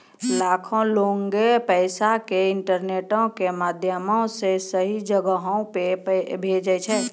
लाखो लोगें पैसा के इंटरनेटो के माध्यमो से सही जगहो पे भेजै छै